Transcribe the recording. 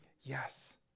yes